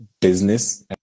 business